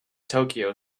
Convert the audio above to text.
tokyo